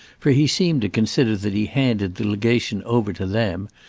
for he seemed to consider that he handed the legation over to them,